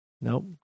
Nope